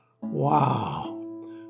Wow